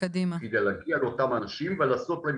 על מנת להגיע לאותם אנשים ולעשות להם